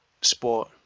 sport